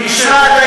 משמעת.